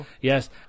Yes